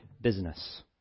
business